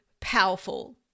powerful